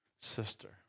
sister